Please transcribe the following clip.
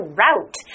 route